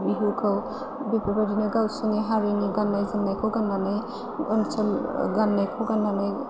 बिहुखौ बेफोरबायदिनो गावसोरनि हारिनि गाननाय जोमनायखौ गाननानै ओनसोल गाननायखौ गाननानै